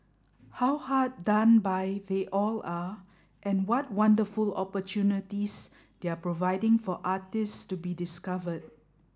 how hard done by they all are and what wonderful opportunities they're providing for artists to be discovered